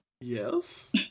Yes